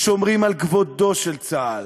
שומרים על כבודו של צה"ל,